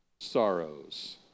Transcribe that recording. sorrows